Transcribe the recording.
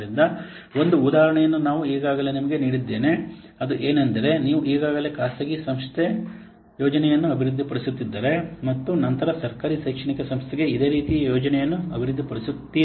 ಆದ್ದರಿಂದ ಒಂದು ಉದಾಹರಣೆಯನ್ನು ನಾನು ಈಗಾಗಲೇ ನಿಮಗೆ ನೀಡಿದ್ದೇನೆ ಅದು ಏನೆಂದರೆ ನೀವು ಈಗಾಗಲೇ ಖಾಸಗಿ ಸಂಸ್ಥೆಗೆ ಯೋಜನೆಯನ್ನು ಅಭಿವೃದ್ಧಿಪಡಿಸಿದ್ದರೆ ಮತ್ತು ನಂತರ ಸರ್ಕಾರಿ ಶೈಕ್ಷಣಿಕ ಸಂಸ್ಥೆಗೆ ಇದೇ ರೀತಿಯ ಯೋಜನೆಯನ್ನು ಅಭಿವೃದ್ಧಿಪಡಿಸುತ್ತೀರಿ